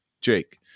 Jake